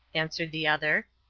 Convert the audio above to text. answered the other.